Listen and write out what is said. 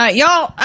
Y'all